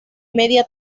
media